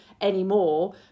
anymore